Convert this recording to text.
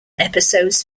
episodes